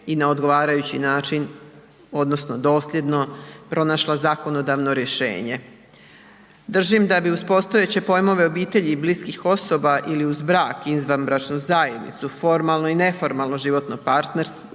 i na odgovarajući način, odnosno dosljedno pronašla zakonodavno rješenje. Držim da bi uz postojeće pojmove obitelji i bliskih osoba ili uz brak i izvanbračnu zajednicu formalno i neformalno životno partnerstvo,